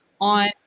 On